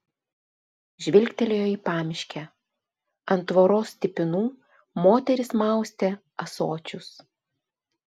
žvilgtelėjo į pamiškę ant tvoros stipinų moteris maustė ąsočius